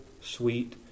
sweet